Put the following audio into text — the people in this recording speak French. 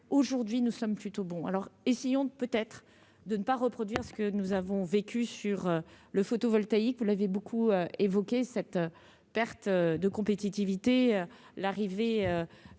aujourd'hui, nous sommes plutôt bon alors essayons. Peut être de ne pas reproduire ce que nous avons vécu sur le photovoltaïque, vous l'avez beaucoup évoqué cette perte de compétitivité, l'arrivée